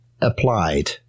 applied